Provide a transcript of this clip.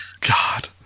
God